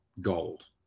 gold